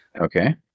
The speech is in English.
Okay